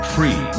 Free